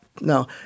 No